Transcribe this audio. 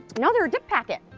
you know they're a dip packet,